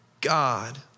God